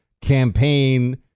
campaign